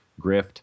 Grift